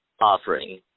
offering